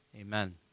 Amen